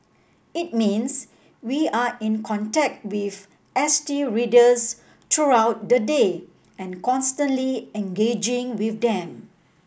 it means we are in contact with S T readers throughout the day and constantly engaging with them